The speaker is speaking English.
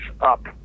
up